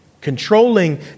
Controlling